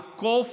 היא לעקוף